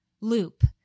loop